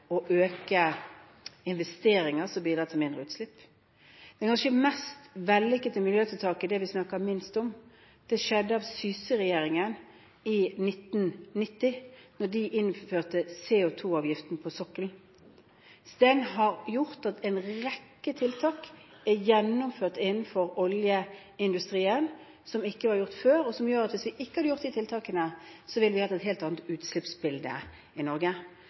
å øke investeringer som bidrar til mindre utslipp. Men det kanskje mest vellykkede miljøtiltaket – det vi snakker minst om – skjedde under Syse-regjeringen i 1990, da de innførte CO2-avgiften på sokkelen. Den har gjort at en rekke tiltak som ikke var gjort før, er gjennomført innenfor oljeindustrien, og som gjør at hvis vi ikke hadde gjort de tiltakene, ville vi hatt et helt annet utslippsbilde i Norge.